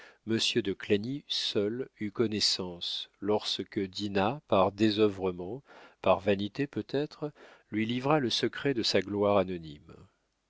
monsieur de clagny seul eut connaissance lorsque dinah par désœuvrement par vanité peut-être lui livra le secret de sa gloire anonyme